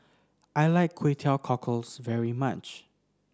I like Kway Teow Cockles very much